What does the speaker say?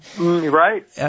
Right